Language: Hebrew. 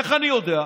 איך אני יודע?